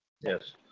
Yes